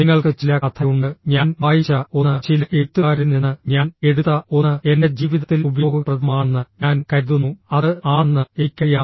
നിങ്ങൾക്ക് ചില കഥയുണ്ട് ഞാൻ വായിച്ച ഒന്ന് ചില എഴുത്തുകാരിൽ നിന്ന് ഞാൻ എടുത്ത ഒന്ന് എന്റെ ജീവിതത്തിൽ ഉപയോഗപ്രദമാണെന്ന് ഞാൻ കരുതുന്നു അത് ആണെന്ന് എനിക്കറിയാം